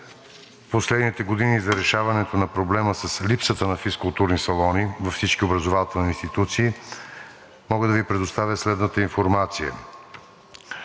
последните години за решаването на проблема със липсата на физкултурни салони във всички образователни институции, мога да Ви предоставя следната информация: